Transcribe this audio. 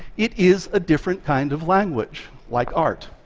it is a different kind of language, like art.